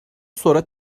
sonra